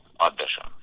audition